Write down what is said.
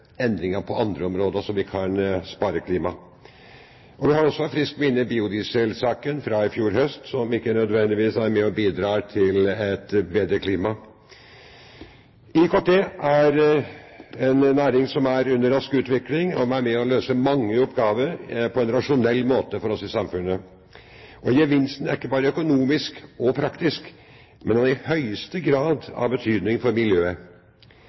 endringer på andre områder, slik at vi kan spare klimaet. Vi har også i friskt minne biodieselsaken fra i fjor høst, som ikke nødvendigvis er med på å bidra til et bedre klima. IKT er en næring som er i rask utvikling, og som er med på å løse mange oppgaver i samfunnet på en rasjonell måte for oss. Gevinsten er ikke bare økonomisk og praktisk, men den er i høyeste grad av betydning for miljøet.